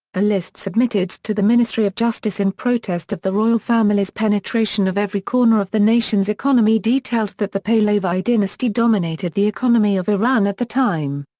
a list submitted to the ministry of justice in protest of the royal family's penetration of every corner of the nation's economy detailed that the pahlavi dynasty dominated the economy of iran at the time.